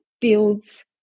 builds